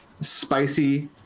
spicy